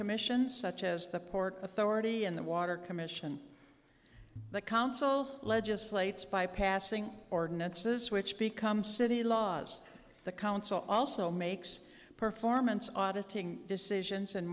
commissions such as the port authority and the water commission the council legislates by passing ordinances which become city laws the council also makes performance auditing decisions and